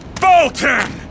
Bolton